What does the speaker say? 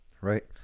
right